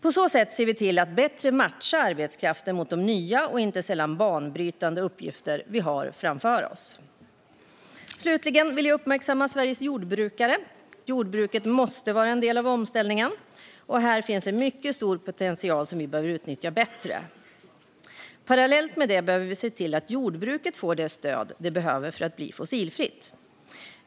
På så sätt ser vi till att bättre matcha arbetskraften mot de nya och inte sällan banbrytande uppgifter vi har framför oss. Slutligen vill jag uppmärksamma Sveriges jordbrukare. Jordbruket måste vara en del av omställningen. Här finns en mycket stor potential som vi behöver utnyttja bättre. Parallellt med det behöver vi se till att jordbruket får det stöd det behöver för att bli fossilfritt.